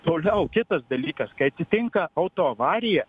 toliau kitas dalykas kai atsitinka autoavarija